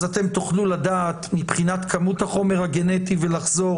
ואתם תוכלו לדעת מה כמות החומר הגנטי ולחזור